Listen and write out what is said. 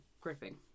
gripping